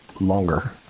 longer